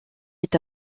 est